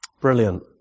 Brilliant